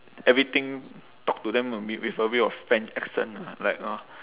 everything talk to them a bit with a bit of french accent ah like uh